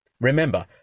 Remember